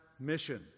mission